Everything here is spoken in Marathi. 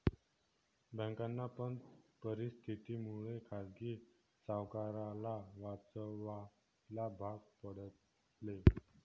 बँकांनी पण परिस्थिती मुळे खाजगी सावकाराला वाचवायला भाग पाडले